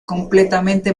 completamente